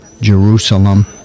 Jerusalem